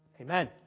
Amen